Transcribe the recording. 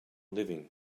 living